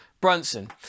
Brunson